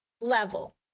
level